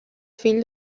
fill